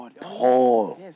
Paul